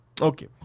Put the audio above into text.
okay